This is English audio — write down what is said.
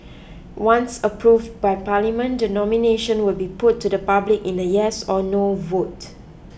once approve by Parliament the nomination will be put to the public in the yes or no vote